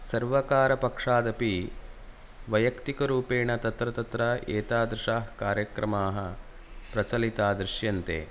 सर्वकारपक्षादपि वैयक्तिकरूपेण तत्र तत्र एतादृशाः कार्यक्रमाः प्रचलिता दृश्यन्ते